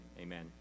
Amen